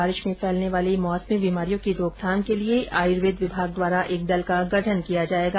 बारिश में फैलने वाली मौसमी बीमारियों की रोकथाम के लिए आयुर्वेद विभाग द्वारा एक दल का गठन किया जायेगा